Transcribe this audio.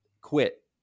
quit